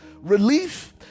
relief